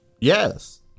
Yes